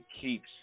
keeps